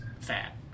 fat